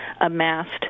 amassed